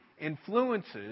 influences